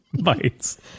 Bites